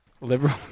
liberal